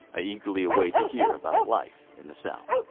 i eagerly await to hear about life in the south.